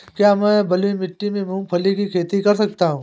क्या मैं बलुई मिट्टी में मूंगफली की खेती कर सकता हूँ?